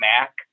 Mac